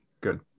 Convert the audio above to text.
Good